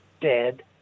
dead